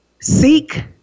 Seek